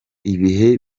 ibihe